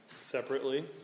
separately